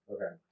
Okay